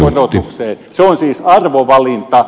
se on siis arvovalinta